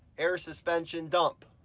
air suspension dump,